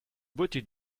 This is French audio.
beauté